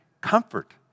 comfort